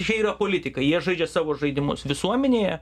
čia yra politika jie žaidžia savo žaidimus visuomenėje